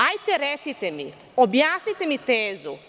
Hajde recite mi, objasnite mi tezu.